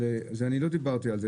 אני לא דיברתי על זה,